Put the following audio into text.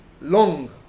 long